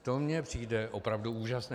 To mně přijde opravdu úžasné.